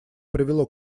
привело